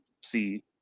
see